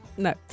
No